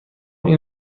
این